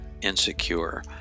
insecure